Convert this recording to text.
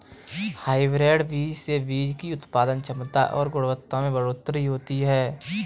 hybrid बीज से बीज की उत्पादन क्षमता और गुणवत्ता में बढ़ोतरी होती है